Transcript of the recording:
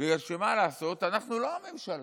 מה לעשות, אנחנו לא הממשלה.